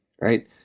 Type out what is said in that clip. right